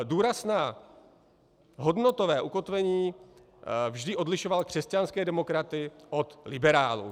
Důraz na hodnotové ukotvení vždy odlišoval křesťanské demokraty od liberálů.